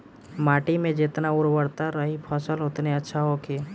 माटी में जेतना उर्वरता रही फसल ओतने अच्छा होखी